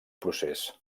procés